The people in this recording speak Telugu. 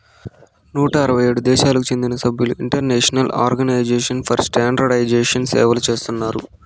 నూట అరవై ఏడు దేశాలకు చెందిన సభ్యులు ఇంటర్నేషనల్ ఆర్గనైజేషన్ ఫర్ స్టాండర్డయిజేషన్ని సేవలు చేస్తున్నారు